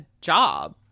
job